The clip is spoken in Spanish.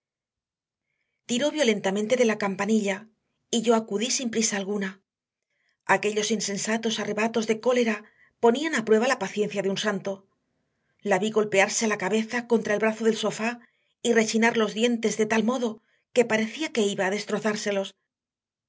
tiró violentamente de la campanilla y yo acudí sin prisa alguna aquellos insensatos arrebatos de cólera ponían a prueba la paciencia de un santo la vi golpearse la cabeza contra el brazo del sofá y rechinar los dientes de tal modo que parecía que iba a destrozárselos